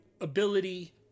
ability